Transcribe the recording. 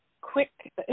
quick